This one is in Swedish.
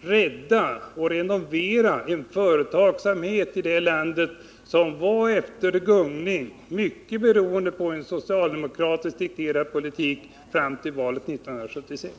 rädda och renovera företagsamheten i detta land, vilken var i gungning genom en socialdemokratiskt dikterad politik fram till valet 1976.